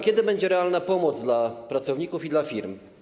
Kiedy będzie realna pomoc dla pracowników i firm?